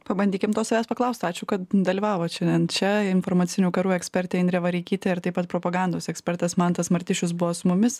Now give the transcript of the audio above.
pabandykim to savęs paklaust ačiū kad dalyvavot šiandien čia informacinių karų ekspertė indrė vareikytė ir taip pat propagandos ekspertas mantas martišius buvo su mumis